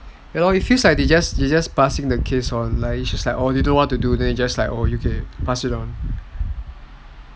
ya lor it feels like they just passing the case on which is like orh they don't know what to do then they just like orh okay pass you down